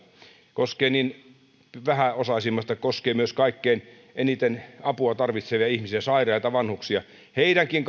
koskee myös vähäosaisimpia ja kaikkein eniten apua tarvitsevia ihmisiä sairaita vanhuksia heidänkin